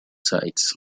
sides